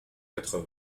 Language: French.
quatre